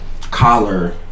collar